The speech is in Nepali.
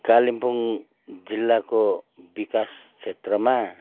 कालिम्पोङ जिल्लाको विकास क्षेत्रमा